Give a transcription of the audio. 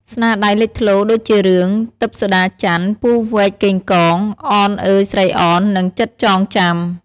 ស្នាដៃលេចធ្លោដូចជារឿង ទិព្វសូដាចន្ទ ពស់វែកកេងកង អនអើយស្រីអន និងចិត្តចងចាំ។